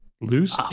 Lose